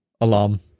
alarm